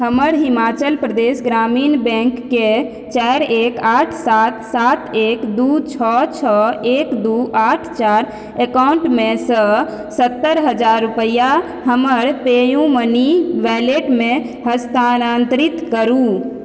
हमर हिमाचल प्रदेश ग्रामीण बैंकके चारि एक आठ सात सात एक दू छओ छओ एक दू आठ चारि एकाउन्टमेसँ सत्तरि हजार रुपैआ हमर पेयूमनी वैलेटमे हस्तानान्तरित करू